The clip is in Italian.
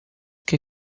che